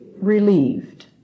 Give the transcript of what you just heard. relieved